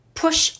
push